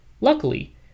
Luckily